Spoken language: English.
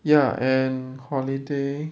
ya and holiday